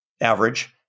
average